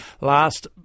last